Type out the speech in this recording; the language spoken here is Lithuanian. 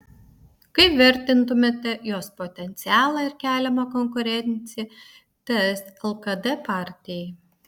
kaip vertintumėte jos potencialą ir keliamą konkurenciją ts lkd partijai